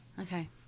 Okay